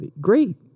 great